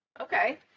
Okay